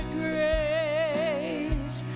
grace